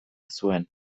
zuen